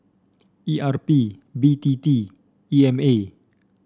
E R P B T T E M A